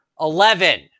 Eleven